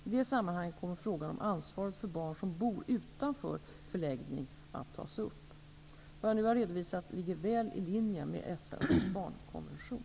I det sammanhanget kommer frågan om ansvaret för barn som bor utanför förläggning att tas upp. Vad jag nu har redovisat ligger väl i linje med FN:s barnkonvention.